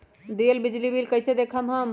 दियल बिजली बिल कइसे देखम हम?